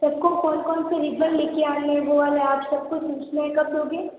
सब को कौन कौन से निबंध लिख कर आना है वो वाला आप सब को सूचना कब दोगे